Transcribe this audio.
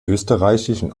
österreichischen